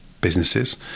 businesses